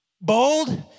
Bold